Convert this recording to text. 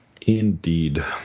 Indeed